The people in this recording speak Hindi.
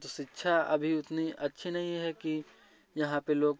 शिक्षा अभी उतनी अच्छी नहीं है कि यहाँ पर लोग